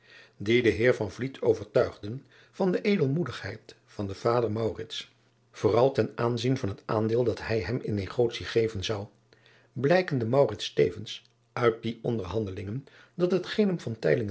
die de eer overtuigden van de edelmoedigheid van den vader vooral ten aanzien van het aandeel dat hij hem in negotie ge driaan oosjes zn et leven van aurits ijnslager ven zou blijkende tevens uit die onderhandelingen dat hetgeen hem